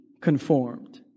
conformed